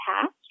past